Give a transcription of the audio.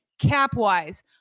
cap-wise